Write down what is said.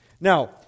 Now